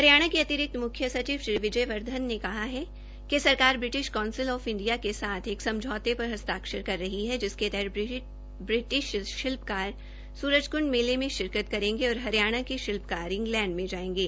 हरियाणा के अतिरिक्त मुख्य सचिव श्री विजय वर्धन ने कहा है कि सरकार ब्रिटिश काउंसिल ऑफ इंडिया के साथ एक समझौते पर हस्तक्षर कर रही है जिसके तहत ब्रिटिश शिल्पकार सुरजकंड मेले मे शिरकत करेंगे और हरियाणा के शिल्पकार इंग्लैंड में जायेंगे